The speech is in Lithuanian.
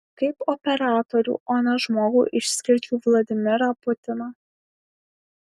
kaip operatorių o ne žmogų išskirčiau vladimirą putiną